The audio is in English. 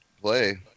play